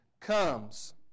Comes